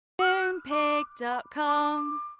Moonpig.com